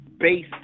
Base